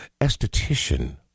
esthetician